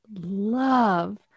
love